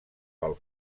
pel